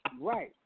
Right